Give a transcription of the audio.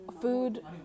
food